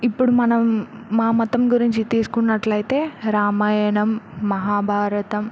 ఇప్పుడు మనం మా మతం గురించి తీసుకున్నట్లయితే రామాయణం మహాభారతం